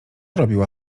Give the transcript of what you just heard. robiła